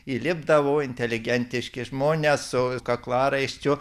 įlipdavo inteligentiški žmonės su kaklaraiščiu